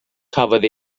cafodd